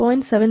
7 V 4